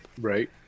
Right